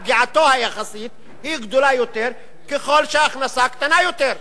פגיעתו היחסית גדולה יותר ככל שההכנסה קטנה יותר.